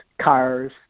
cars